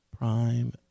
Prime